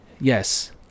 yes